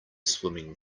swimming